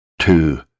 two